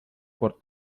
por